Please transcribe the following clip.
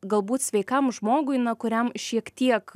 galbūt sveikam žmogui na kuriam šiek tiek